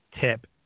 tip